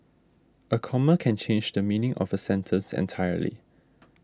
a comma can change the meaning of a sentence entirely